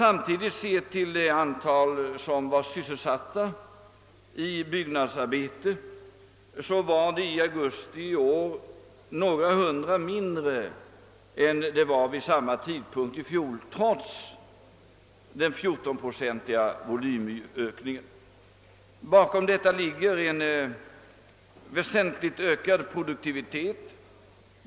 Antalet sysselsatta i byggnadsarbete var i augusti i år några hundra personer färre än vid samma tidpunkt i fjol, trots den 14-procentiga volymökningen. Bakom detta ligger en väsentligt ökad produktivitet.